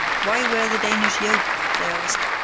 why wear the danish yoke, they asked,